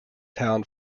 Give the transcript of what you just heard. town